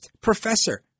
professor